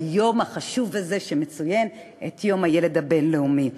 ביום החשוב הזה שמציין את יום הילד הבין-לאומי.